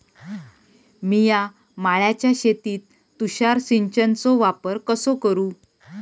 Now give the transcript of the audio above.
मिया माळ्याच्या शेतीत तुषार सिंचनचो वापर कसो करू?